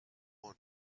won